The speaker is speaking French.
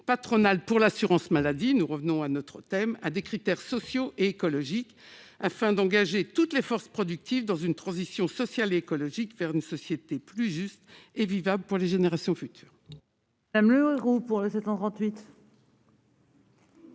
patronales pour l'assurance maladie à des critères sociaux et écologiques afin d'engager toutes les forces productives dans une transition sociale et écologique, vers une société plus juste et vivable pour les générations futures.